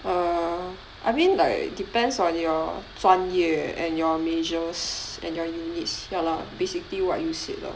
err I mean like depends on your 专业 and your majors and your units ya lah basically what you said ah